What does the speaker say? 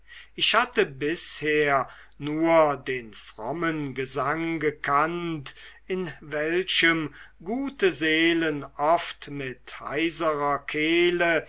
ich hatte bisher nur den frommen gesang gekannt in welchem gute seelen oft mit heiserer kehle